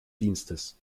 dienstes